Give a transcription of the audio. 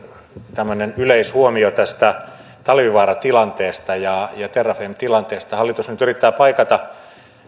tämmöinen yleishuomio tästä talvivaaran tilanteesta ja terrafamen tilanteesta hallitus nyt yrittää paikata